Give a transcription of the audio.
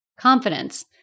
confidence